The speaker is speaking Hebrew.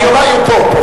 גם הוא לא פה.